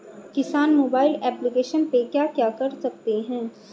किसान mobile application पे क्या क्या कर सकते हैं?